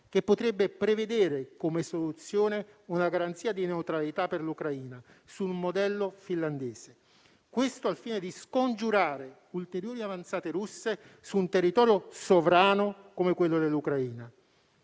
che potrebbe prevedere come soluzione una garanzia di neutralità per l'Ucraina, sul modello finlandese. Questo al fine di scongiurare ulteriori avanzate russe su un territorio sovrano come quello dell'Ucraina.